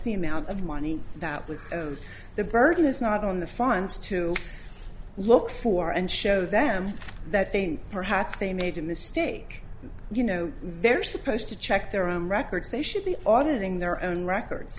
the amount of money that was of the burden is not on the funds to look for and show them that think perhaps they made a mistake you know there are supposed to check their own records they should be auditing their own records